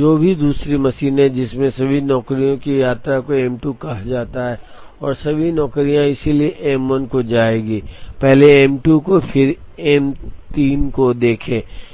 जो भी दूसरी मशीन है जिसे सभी नौकरियों की यात्रा को M 2 कहा जाता है और सभी नौकरियां इसलिए M 1 को जाएँगी पहले M 2 को फिर M 3 को देखें